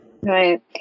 Right